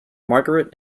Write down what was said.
margaret